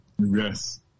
Yes